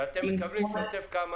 ואתם מקבלים כסף כמה?